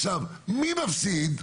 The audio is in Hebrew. עכשיו, מי מפסיד?